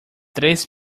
três